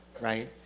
Right